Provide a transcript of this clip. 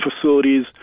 facilities